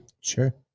Sure